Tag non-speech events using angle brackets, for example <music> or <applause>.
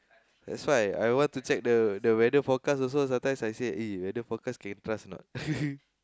that's why I want to check the the weather forecast also sometimes I say eh weather forecast can trust or not <laughs>